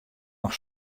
noch